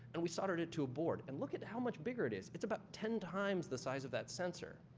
and we soldered it to a board. and look at how much bigger it is. it's about ten times the size of that sensor.